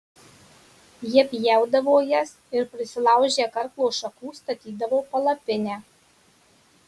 jie pjaudavo jas ir prisilaužę karklo šakų statydavo palapinę